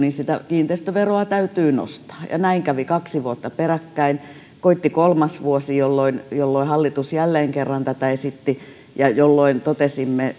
kiinteistöveroa täytyy nostaa ja näin kävi kaksi vuotta peräkkäin koitti kolmas vuosi jolloin jolloin hallitus jälleen kerran tätä esitti ja jolloin totesimme